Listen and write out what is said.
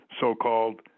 so-called